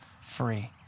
free